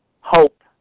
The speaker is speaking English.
Hope